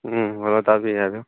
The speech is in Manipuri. ꯎꯝ ꯍꯜꯂꯣ ꯇꯥꯕꯤꯔꯤ ꯍꯥꯏꯕꯤꯌꯨ